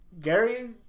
Gary